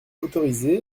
autorisé